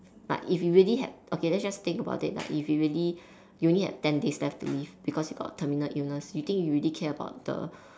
but if you really had okay let's just think about it like if you really you only had ten days left to live because you got terminal illness you think you really care about the